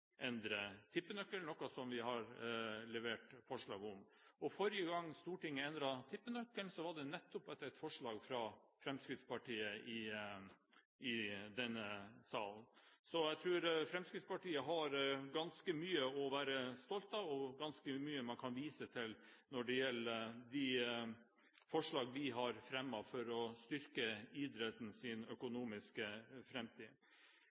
tippenøkkelen, som vi har levert forslag om. Forrige gang Stortinget endret tippenøkkelen, var det nettopp etter et forslag fra Fremskrittspartiet i denne salen. Så jeg tror Fremskrittspartiet har ganske mye å være stolt av og ganske mye man kan vise til når det gjelder de forslag vi har fremmet for å styrke idrettens økonomiske fremtid.